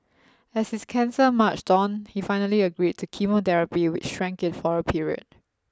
as his cancer marched on he finally agreed to chemotherapy which shrank it for a period